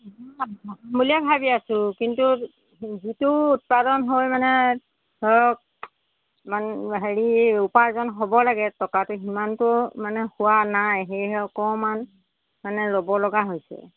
বুলিয়ে ভাবি আছোঁ কিন্তু যিটো উৎপাদন হয় মানে ধৰক মানে হেৰি উপাৰ্জন হ'ব লাগে টকাটো সিমানটো মানে হোৱা নাই সেয়েহে অকণমান মানে ৰ'ব লগা হৈছে